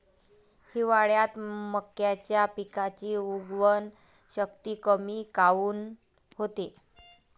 हिवाळ्यात मक्याच्या पिकाची उगवन शक्ती कमी काऊन होते?